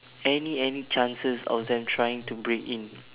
any any chances of them trying to break in